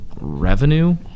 revenue